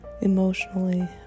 emotionally